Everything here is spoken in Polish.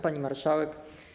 Pani Marszałek!